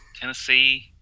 tennessee